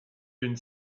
une